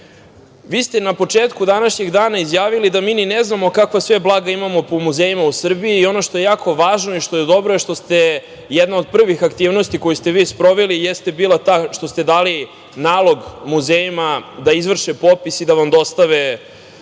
ste na početku današnjeg dana izjavili da mi ni ne znamo kakva sve blaga imamo po muzejima u Srbiji. Ono što je veoma važno i dobro je što ste jednu od prvih aktivnosti koju ste sproveli bila ta što ste dali nalog muzejima da izvrše popis i da vam dostave